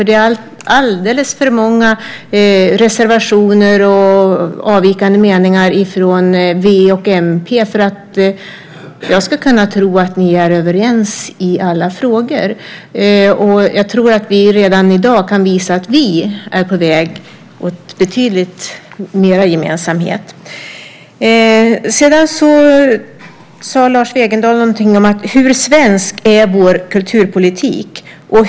Det är alldeles för många reservationer och avvikande meningar från v och mp för att jag ska kunna tro att ni är överens i alla frågor. Jag tror att vi redan i dag kan visa att vi är på väg åt betydligt mera gemensamhet. Sedan sade Lars Wegendal ungefär så här: Hur svensk är vår kulturpolitik?